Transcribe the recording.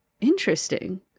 interesting